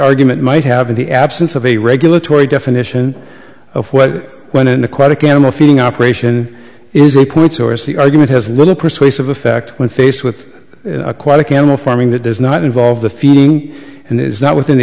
argument might have in the absence of a regulatory definition of what when an aquatic animal feeding operation is a point source the argument has little persuasive effect when faced with an aquatic animal farming that does not involve the feeling and is not within the